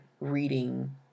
reading